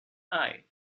eye